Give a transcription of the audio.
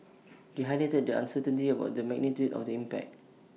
they highlighted the uncertainty about the magnitude of the impact